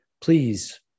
please